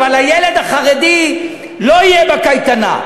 אבל הילד החרדי לא יהיה בקייטנה.